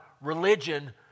religion